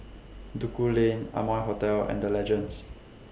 Duku Lane Amoy Hotel and The Legends